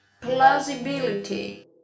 Plausibility